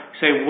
say